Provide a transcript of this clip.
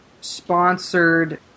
sponsored